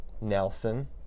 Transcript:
Nelson